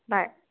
bye